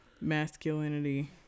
masculinity